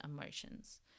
emotions